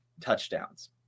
touchdowns